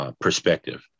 perspective